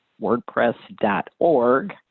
wordpress.org